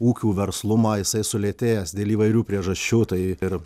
ūkių verslumą jisai sulėtėjęs dėl įvairių priežasčių tai ir